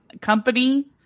company